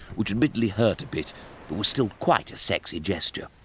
which admittedly hurt a bit but was still quite a sexy gesture.